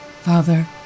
Father